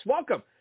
Welcome